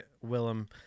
Willem